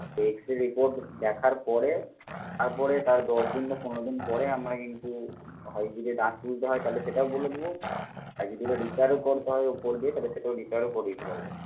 x ray report দেখার পরে তারপরে তার দশ দিন বা পনেরো দিন পরে আমরা কিন্তু হয় যদি দাঁত তুলতে হয় তাহলে সেটাও বলে দেব আর যদি ওটা রিপেয়ারও করতে হয় উপর দিয়ে তাহলে সেটাও রিপেয়ারও করে দিতে পারবো